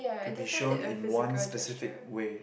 to be shown in one specific way